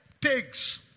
pigs